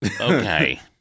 okay